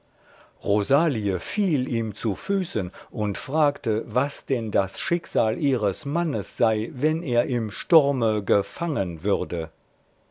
rosalie fiel ihm zu füßen und fragte was denn das schicksal ihres mannes sei wenn er im sturme gefangen würde